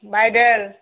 bridal